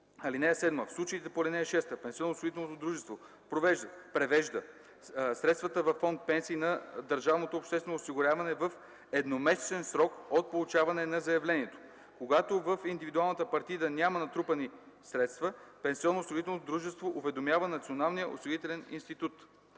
(7) В случаите по ал. 6 пенсионноосигурителното дружество превежда средствата във фонд „Пенсии” на държавното обществено осигуряване в едномесечен срок от получаване на заявлението. Когато в индивидуалната партида няма натрупани средства, пенсионноосигурителното дружество уведомява Националния осигурителен институт.”